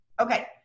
Okay